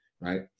right